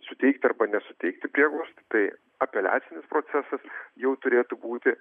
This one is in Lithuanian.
suteikti arba nesuteikti prieglobstį tai apeliacinis procesas jau turėtų būti